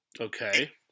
Okay